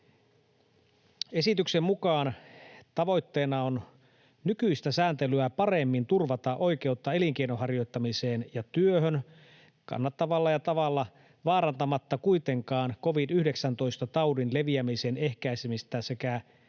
Esityksen mukaan tavoitteena on nykyistä sääntelyä paremmin turvata oikeutta elinkeinon harjoittamiseen ja työhön kannattavalla tavalla vaarantamatta kuitenkaan covid-19-taudin leviämisen ehkäisemistä sekä